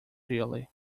clearly